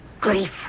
grief